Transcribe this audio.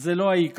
זה לא העיקר.